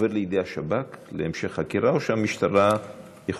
עובר לידי השב"כ להמשך חקירה או שהמשטרה יכולה